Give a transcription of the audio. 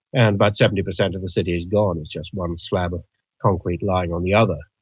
and about seventy percent of the city is gone, it's just one slab of concrete lying on the other.